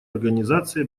организации